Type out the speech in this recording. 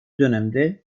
dönemde